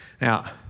Now